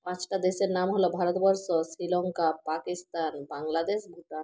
পাঁচটা দেশের নাম হল ভারতবর্ষ শ্রীলঙ্কা পাকিস্তান বাংলাদেশ ভুটান